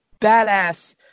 badass